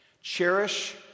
cherish